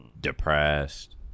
depressed